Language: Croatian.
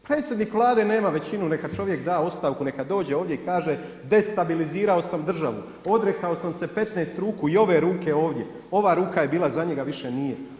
Predsjednik Vlade nema većinu neka čovjek da ostavku neka dođe ovdje i kaže destabilizirao sam državu, odrekao sam se 15 ruku i ove ruke ovdje, ova ruka je bila za njega više nije.